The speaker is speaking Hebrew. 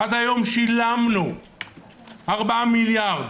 עד היום שילמנו 4 מיליארד.